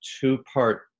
two-part